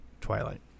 twilight